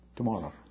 tomorrow